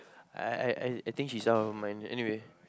I I I I think she's out of her mind anyway